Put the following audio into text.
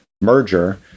merger